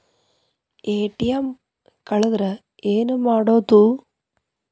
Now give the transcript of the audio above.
ATM ಕಳದ್ರ ಏನು ಮಾಡೋದು?